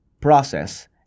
process